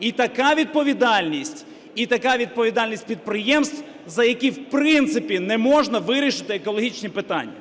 і така відповідальність, і така відповідальність підприємств, за які в принципі не можна вирішити екологічні питання.